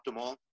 optimal